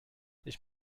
ich